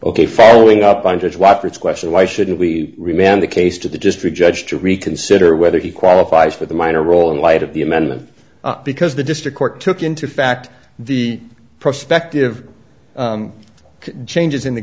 ok following up on judge walker's question why shouldn't we remain on the case to the district judge to reconsider whether he qualifies for the minor role in light of the amendment because the district court took into fact the prospective changes in the